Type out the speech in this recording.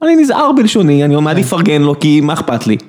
אני נזהר בלשוני, אני אפרגן לו, כי מה אכפת לי.